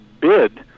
bid